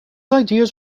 ideas